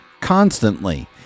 constantly